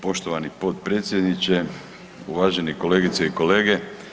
Poštovani potpredsjedniče, uvažene kolegice i kolege.